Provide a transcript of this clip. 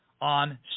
on